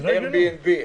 אייר BNB,